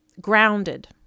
grounded